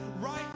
right